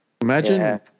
Imagine